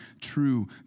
true